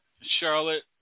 charlotte